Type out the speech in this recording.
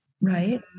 right